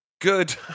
good